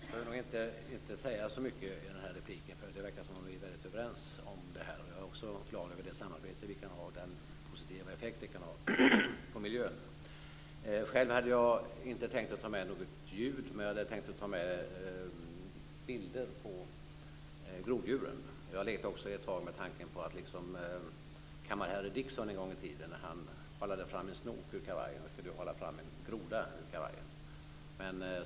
Fru talman! Jag skall inte säga så mycket i detta inlägg, eftersom det verkar som att vi är överens i denna fråga. Jag är också glad över den positiva effekt detta samarbete kan ha på miljön. Jag hade inte tänkt att ta med mig något ljud, men jag hade tänkt att ta med bilder på groddjuren. Jag lekte ett tag med tanken att liksom kammarherren Dickson en gång i tiden halade fram en snok ur kavajen kunde jag hala fram en groda ur kavajen.